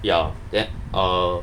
ya then err